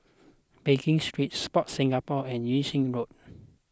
Pekin Street Sport Singapore and Yung Sheng Road